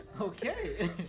Okay